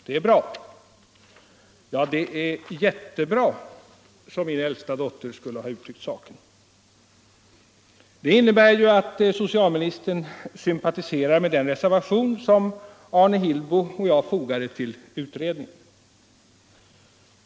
Det är bra, ja, det är ”jättebra”, som min äldsta dotter skulle ha uttryckt saken. Det innebär ju att socialministern sympatiserar med den reservation som Arne Hillbo och jag fogade till utredningen.